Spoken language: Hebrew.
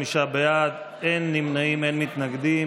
25 בעד, אין נמנעים, אין מתנגדים.